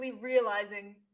realizing